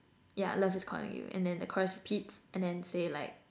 yeah love is calling you and then the chorus repeats and then say like